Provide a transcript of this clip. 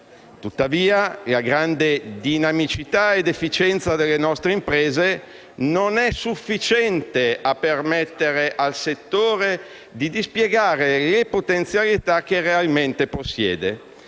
Tuttavia, la grande dinamicità e l'efficienza delle nostre imprese non sono sufficienti a permettere al settore di dispiegare le potenzialità che realmente si possiedono.